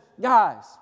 guys